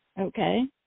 Okay